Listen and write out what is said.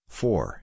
four